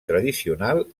tradicional